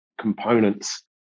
components